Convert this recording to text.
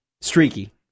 streaky